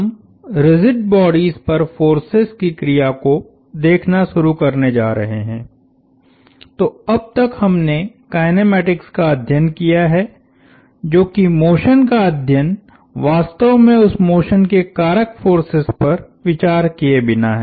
हम rigid bodies पर forces की क्रिया को देखना शुरू करने जा रहे हैं तो अब तक हमने काइनेमेटिक्स का अध्ययन किया है जो की मोशन का अध्ययन वास्तव में उस मोशन के कारक फोर्सेस पर विचार किए बिना है